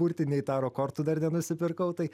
burti nei taro kortų dar nenusipirkau tai